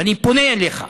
ואני פונה אליך: